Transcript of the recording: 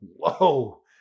whoa